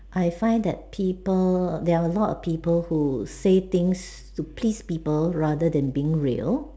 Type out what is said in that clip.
I find that people there are a lot of people who say things to please people rather than being real